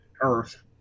earth